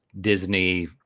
Disney